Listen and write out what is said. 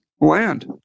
land